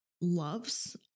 loves